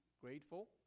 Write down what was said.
grateful